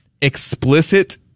explicit